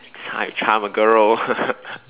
that's how you charm a girl